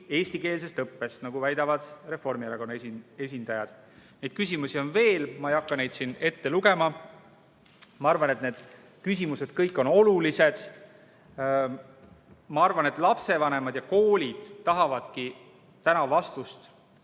eestikeelsest õppest, nagu väidavad Reformierakonna esindajad. Neid küsimusi on veel, ma ei hakka neid siin ette lugema. Ma arvan, et kõik need küsimused on olulised. Küllap lapsevanemad ja koolid ei taha täna vastust